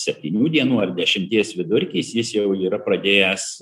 septynių dienų ar dešimties vidurkis jis jau yra pradėjęs